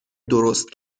درست